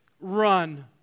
run